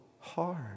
hard